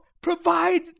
Provide